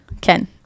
Ken